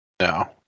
No